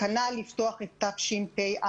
וכנ"ל לפתוח את תשפ"א.